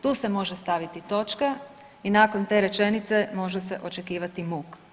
Tu se može staviti točka i nakon te rečenice može se očekivati muk.